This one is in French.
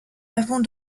avons